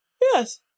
Yes